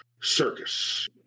Circus